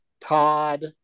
Todd